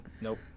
Nope